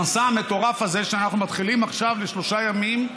המסע המטורף הזה שאנחנו מתחילים עכשיו לשלושה ימים,